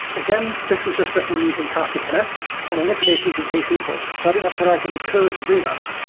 again, this is just written using kafka connect. and in this case, using ksql. so i didn't have to write any code to do that.